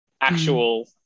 actual